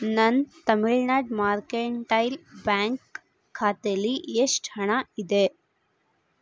ನನ್ನ Tamil Nadu mercantile bank ಖಾತೆಲಿ ಎಷ್ಟು ಹಣ ಇದೆ